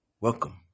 Welcome